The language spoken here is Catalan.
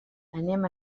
anem